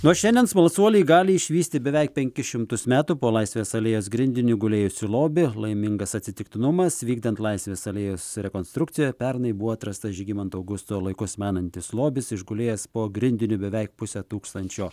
nuo šiandien smalsuoliai gali išvysti beveik penkis šimtus metų po laisvės alėjos grindiniu gulėjusių lobių laimingas atsitiktinumas vykdant laisvės alėjos rekonstrukciją pernai buvo atrastas žygimanto augusto laikus menantis lobis išgulėjęs po grindiniu beveik pusę tūkstančio